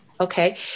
Okay